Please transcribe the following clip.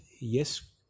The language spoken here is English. yes